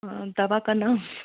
हाँ दवा का नाम